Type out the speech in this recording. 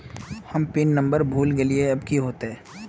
हम PIN number भूल गलिऐ अब की होते?